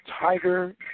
Tiger